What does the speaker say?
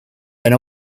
and